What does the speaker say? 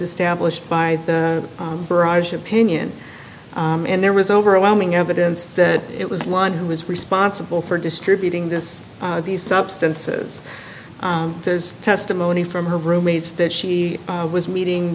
established by the barrage of opinion and there was overwhelming evidence that it was one who was responsible for distributing this these substances there's testimony from her roommates that she was meeting